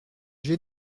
j’ai